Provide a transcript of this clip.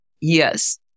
Yes